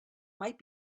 might